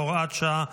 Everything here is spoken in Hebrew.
הוראת שעה),